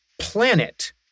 planet